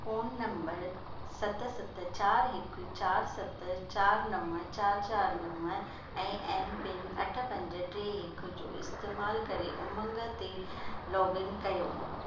phone number सत सत चार हिकु चार सत चार नव चार चार नव ऐं एमपिन अठ पंज टे हिकु जो इस्तेमालु करे उमंग ते लोगइन कयो